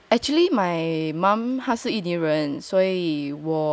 actually my mum 她是印尼人所以我